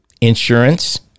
insurance